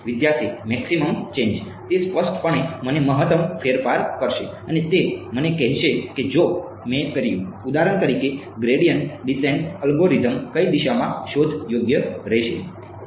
વિદ્યાર્થી maximum change તે સ્પષ્ટપણે મને મહત્તમ ફેરફાર કરશે અને તે મને કહેશે કે જો મેં કર્યું ઉદાહરણ તરીકે ગ્રેડિયન્ટ ડિસેન્ટ અલ્ગોરિધમ કઈ દિશામાં શોધ યોગ્ય રહેશે